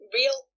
real